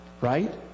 Right